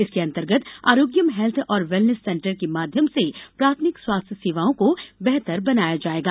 इसके अंतर्गत आरोग्यम हेल्थ और वेलनेस सेंटर के माध्यम से प्राथमिक स्वास्थ्य सेवाओं को बेहतर बनाया जायेगा